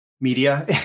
media